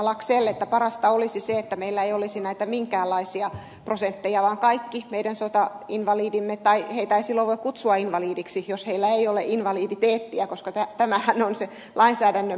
laxell että parasta olisi se että meillä ei olisi näitä minkäänlaisia prosentteja vaan lain piirissä olisivat kaikki meidän sotainvalidimme heitä ei silloin voi kutsua invalideiksi jos heillä ei ole invaliditeettiä koska tämähän on se lainsäädännön pohja